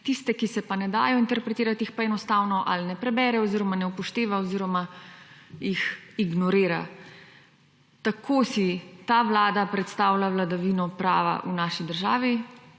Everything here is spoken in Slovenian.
Tiste, ki se pa ne dajo interpretirati, jih pa enostavno ali ne prebere oziroma ne upošteva oziroma jih ignorira. Tako si ta vlada predstavlja vladavino prava v naši državi,